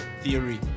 theory